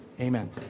Amen